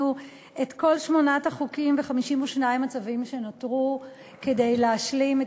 את כל שמונת החוקים ו-52 הצווים שנותרו כדי להשלים את